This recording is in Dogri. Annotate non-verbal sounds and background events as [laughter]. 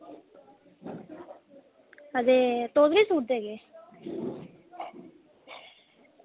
हां ते [unintelligible] के